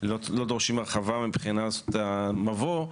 לא דורשים הרחבה מבחינת המבוא,